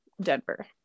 Denver